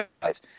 guys